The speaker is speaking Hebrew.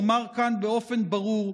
נאמר כאן באופן ברור: